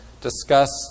discussed